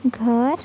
घर